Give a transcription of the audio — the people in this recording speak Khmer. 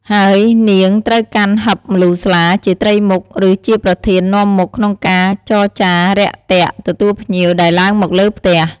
ហើយនាងត្រូវកាន់ហឹបម្លូស្លា ជាត្រីមុខ ឬជាប្រធាននាំមុខក្នុងការចរចារាក់ទាក់ទទួលភ្ញៀវដែលឡើងមកលើផ្ទះ ។